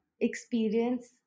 experience